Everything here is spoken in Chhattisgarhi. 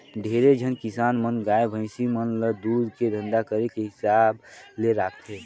ढेरे झन किसान मन गाय, भइसी मन ल दूद के धंधा करे के हिसाब ले राखथे